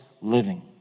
living